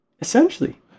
Essentially